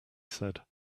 said